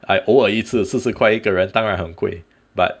like 偶尔一次四十块一个人当然很贵 but